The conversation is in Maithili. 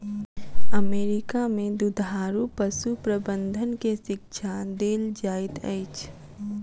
अमेरिका में दुधारू पशु प्रबंधन के शिक्षा देल जाइत अछि